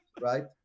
right